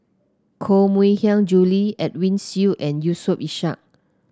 Koh Mui Hiang Julie Edwin Siew and Yusof Ishak